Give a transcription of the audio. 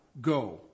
go